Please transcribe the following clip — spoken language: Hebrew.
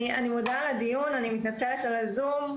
אני מתנצלת על הזום.